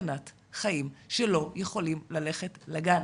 בסכנת חיים שלא יכולים ללכת לגן